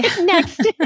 next